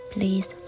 Please